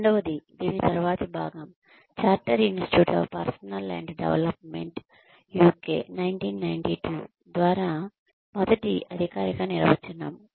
రెండవది దీని తరువాతి భాగం chartered institute of personnel and development UK 1992Chartered Institute of Personnel and Development UK 1992 ద్వారా మొదటి అధికారిక నిర్వచనం